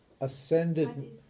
Ascended